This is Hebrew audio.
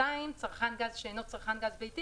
צרכן גז שאינו צרכן גז ביתי,